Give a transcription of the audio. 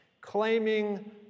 claiming